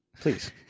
Please